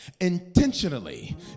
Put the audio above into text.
intentionally